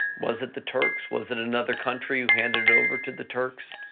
was it the turks? was in another country who handed it over to the turks?